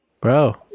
bro